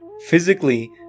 physically